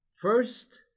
first